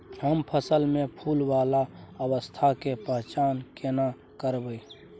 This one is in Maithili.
हम फसल में फुल वाला अवस्था के पहचान केना करबै?